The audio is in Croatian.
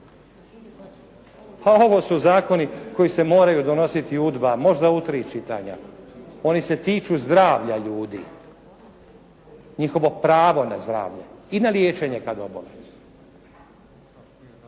Pa ovo su zakoni koji se moraju donositi u 2, možda u 3 čitanja. Oni se tiču zdravlja ljudi, njihovo pravo na zdravlje i na liječenje kada obole.